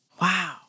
Wow